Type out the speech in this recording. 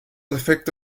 defecto